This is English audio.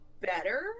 better